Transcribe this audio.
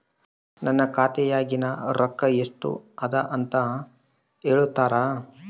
ನನ್ನ ಖಾತೆಯಾಗಿನ ರೊಕ್ಕ ಎಷ್ಟು ಅದಾ ಅಂತಾ ಹೇಳುತ್ತೇರಾ?